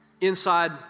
inside